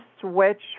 switch